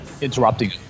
Interrupting